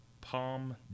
Palm